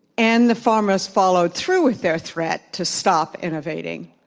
and the pharmas followed through with their threat to stop innovating,